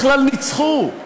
בכלל ניצחו,